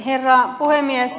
herra puhemies